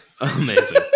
Amazing